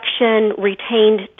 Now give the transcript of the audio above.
retained